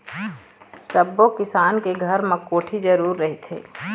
सब्बो किसान के घर म कोठी जरूर रहिथे